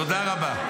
תודה רבה.